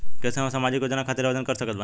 कैसे हम सामाजिक योजना खातिर आवेदन कर सकत बानी?